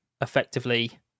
effectively